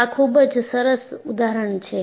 આ ખૂબ જ સરસ ઉદાહરણ છે